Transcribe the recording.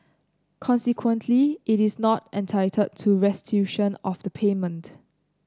consequently it is not entitled to restitution of the payment